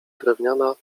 drewniana